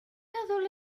meddwl